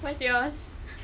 what's yours